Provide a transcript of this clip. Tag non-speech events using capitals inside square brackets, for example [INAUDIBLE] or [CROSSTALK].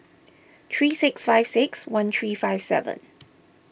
[NOISE] three six five six one three five seven